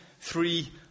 three